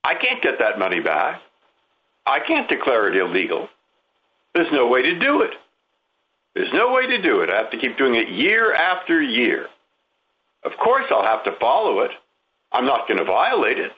i can't get that money back i can't declare it illegal there is no way to do it there's no way to do it i have to keep doing it year after year of course i'll have to follow it i'm not going to violate